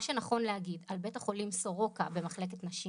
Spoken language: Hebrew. מה שנכון להגיד על בית החולים סורוקה ומחלקת נשים